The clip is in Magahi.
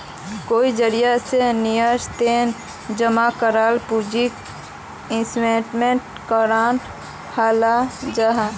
कई जरिया से निवेशेर तने जमा कराल पूंजीक इन्वेस्टमेंट फण्ड कहाल जाहां